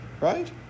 Right